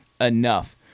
enough